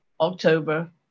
October